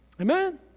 Amen